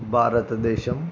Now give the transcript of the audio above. భారతదేశం